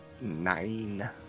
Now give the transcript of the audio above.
Nine